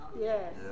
Yes